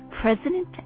President